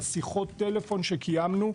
בשיחות טלפון שקיימנו,